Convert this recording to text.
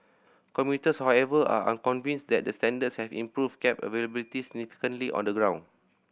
commuters however are unconvinced that the standards have improved cab availability significantly on the ground